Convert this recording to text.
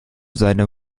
seine